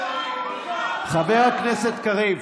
חבר הכנסת קריב,